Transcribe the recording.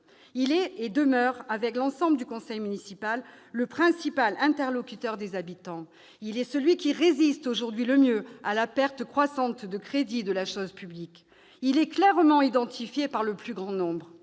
Il est et demeure, avec l'ensemble du conseil municipal, le principal interlocuteur des habitants. Il est celui qui résiste aujourd'hui le mieux à la perte croissante de crédit de la chose publique. Il est clairement identifié par le plus grand nombre.